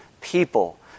people